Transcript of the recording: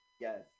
Yes